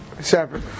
Separate